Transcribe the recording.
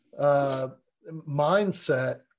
mindset